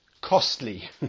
costly